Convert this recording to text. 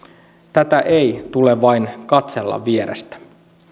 tätä ei tule vain katsella vierestä